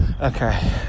Okay